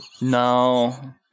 No